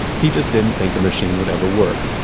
he just didn't think a machine would ever work.